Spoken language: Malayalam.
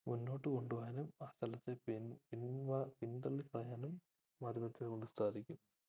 മുന്നോട്ട് കൊണ്ട് പോകാനും ആ സ്ഥലത്തെ പിൻ പിൻവാ പിന്തള്ളി പോയാലും മാധ്യമത്തെ കൊണ്ട് സാധിക്കും